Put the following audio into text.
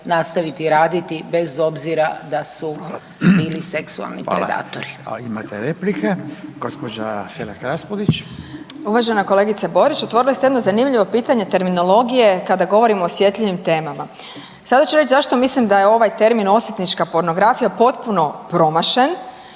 nastaviti raditi bez obzira da su bili seksualni predatori. **Radin, Furio (Nezavisni)** Hvala. Imate replike, gospođa Selak Raspudić. **Selak Raspudić, Marija (Nezavisni)** Uvažena kolegice Borić otvorili ste jedno zanimljivo pitanje terminologije kada govorimo o osjetljivim temama. Sada ću reći zašto mislim da je ovaj termin osvetnička pornografija potpuno promašen